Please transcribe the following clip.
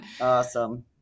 Awesome